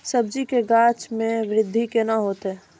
सब्जी के गाछ मे बृद्धि कैना होतै?